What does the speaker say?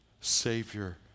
Savior